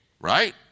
right